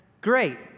Great